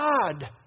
God